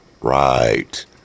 Right